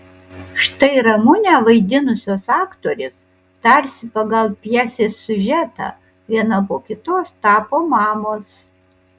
štai ramunę vaidinusios aktorės tarsi pagal pjesės siužetą viena po kitos tapo mamos